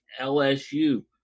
LSU